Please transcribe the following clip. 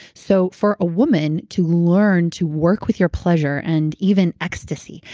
so for a woman to learn to work with your pleasure and even ecstasy.